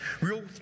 real